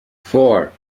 four